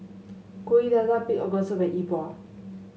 Kuih Dadar Pig Organ Soup and E Bua